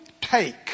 take